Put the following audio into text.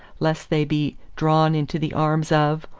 lest they be drawn into the arms of,